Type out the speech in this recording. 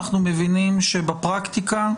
אנחנו מבינים שבפרקטיקה,